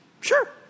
Sure